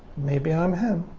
maybe i'm him.